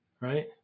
right